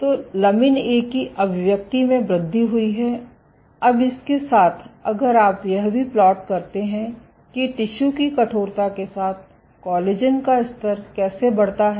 तो लमिन A अभिव्यक्ति में वृद्धि हुई है अब इसके साथ अगर आप यह भी प्लॉट करते हैं कि टिशू की कठोरता के साथ कोलेजन का स्तर कैसे बढ़ता है